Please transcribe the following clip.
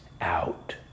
out